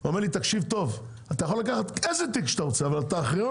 אמר: אתה יכול לקחת איזה תיק שאתה רוצה חוץ מהארכיון.